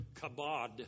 kabod